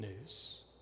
news